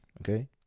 okay